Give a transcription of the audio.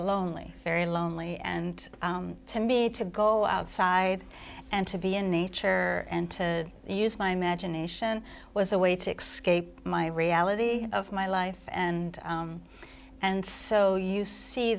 lonely very lonely and to me to go outside and to be in nature and to use my imagination was a way to xscape my reality of my life and and so you see